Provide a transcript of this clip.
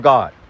God